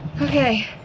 Okay